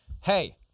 hey